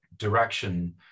direction